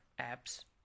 apps